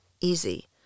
easy